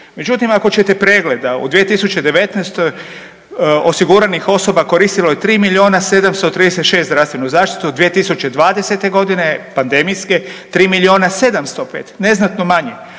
Međutim ako ćete pregleda u 2019. osiguranih osoba koristilo je 3 miliona 736 zdravstvenu zaštitu, 2020. godine pademijske 3 miliona 705, neznatno manje.